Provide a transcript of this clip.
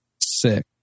Sick